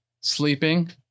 sleeping